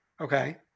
Okay